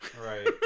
Right